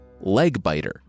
Legbiter